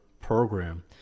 program